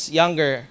younger